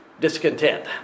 discontent